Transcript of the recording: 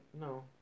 No